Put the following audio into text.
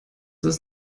ist